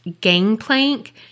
gangplank